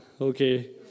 okay